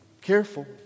Careful